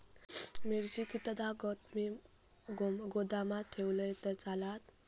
मिरची कीततागत मी गोदामात ठेवलंय तर चालात?